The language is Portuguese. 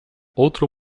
outro